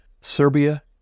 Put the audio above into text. Serbia